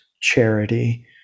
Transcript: charity